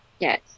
Yes